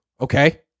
okay